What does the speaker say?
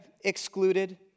excluded